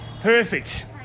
Perfect